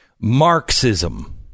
Marxism